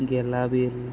Gelabil